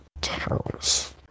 Towers